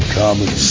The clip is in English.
common